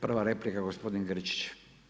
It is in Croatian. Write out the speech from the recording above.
Prva replika je gospodin Grčić.